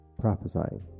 prophesying